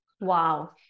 Wow